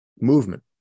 movement